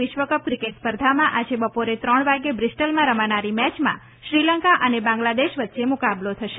વિશ્વકપ ક્રિક્ટ સ્પર્ધામાં આજે બપોરે ત્રણ વાગે બ્રિસ્ટલમાં રમાનારી મેચમાં શ્રીલંકા અને બાંગ્લાદેશ વચ્ચે મુકાબલો થશે